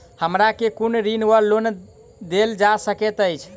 हमरा केँ कुन ऋण वा लोन देल जा सकैत अछि?